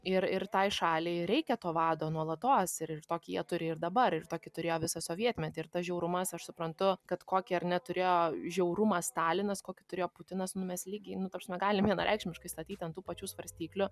ir ir tai šaliai reikia to vado nuolatos ir ir tokį jie turi ir dabar ir tokį turėjo visą sovietmetį ir tas žiaurumas aš suprantu kad kokį ar ne turėjo žiaurumą stalinas kokį turėjo putinas nu mes lygiai nu ta prasme galim vienareikšmiškai statyt ant tų pačių svarstyklių